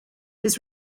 his